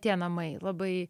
tie namai labai